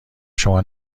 شما